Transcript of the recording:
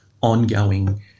ongoing